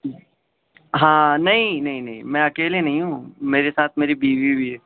ہاں نہیں نہیں نہیں میں اکیلے نہیں ہوں میرے ساتھ میری بیوی بھی ہے